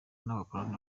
n’abakoloni